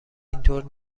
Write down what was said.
اینطور